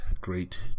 great